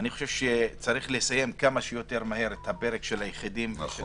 אני חושב שצריך לסיים כמה שיותר מהר את הפרק של החברות